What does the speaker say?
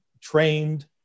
trained